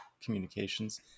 communications